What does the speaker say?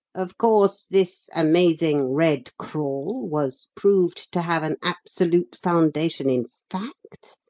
of course, this amazing red crawl was proved to have an absolute foundation in fact,